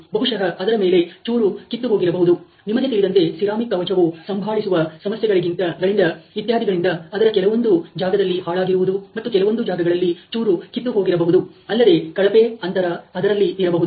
ಬಹುಶಃ ಅದರ ಮೇಲೆ ಚೂರು ಕಿತ್ತುಹೋಗಿರಬಹುದು ನಿಮಗೆ ತಿಳಿದಂತೆ ಸಿರಾಮಿಕ್ ಕವಚವು ಸಂಬಾಳಿಸುವ ಸಮಸ್ಯೆಗಳಿಂದ ಇತ್ಯಾದಿಗಳಿಂದ ಅದರ ಕೆಲವೊಂದು ಜಾಗದಲ್ಲಿ ಹಾಳಾಗಿರುವುದು ಮತ್ತು ಕೆಲವೊಂದು ಜಾಗಗಳಲ್ಲಿ ಚೂರು ಕಿತ್ತುಹೋಗಿರಬಹುದು ಅಲ್ಲದೆ ಕಳಪೆ ಅಂತರ ಅದರಲ್ಲಿ ಇರಬಹುದು